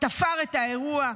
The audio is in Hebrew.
תפר את האירוע,